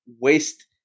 waste